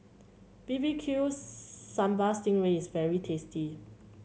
B B Q Sambal Sting Ray is very tasty